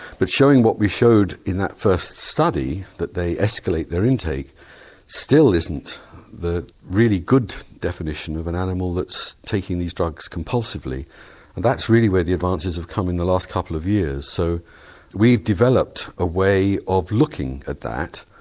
but showing what we showed in that first study that they escalate their intake still isn't the really good definition of an animal that's taking these drugs compulsively. and that's really where the advances have come in the last couple of years so we developed a way of looking at that.